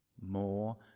more